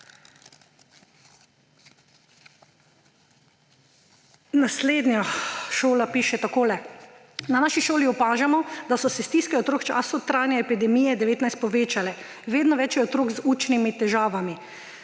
Naslednja šola piše takole: »Na naši šoli opažamo, da so si stiske otrok v času trajanja epidemije covid-19 povečale. Vedno več je otrok z učnimi težavami.